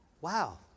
Wow